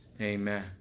Amen